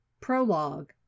prologue